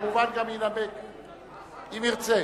וכמובן גם ינמק אם ירצה.